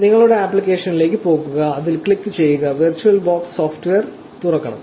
നിങ്ങളുടെ ആപ്ലിക്കേഷനുകളിലേക്ക് പോകുക അതിൽ ക്ലിക്ക് ചെയ്യുക വെർച്വൽ ബോക്സ് സോഫ്റ്റ്വെയർ തുറക്കണം